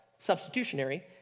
substitutionary